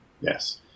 Yes